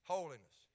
Holiness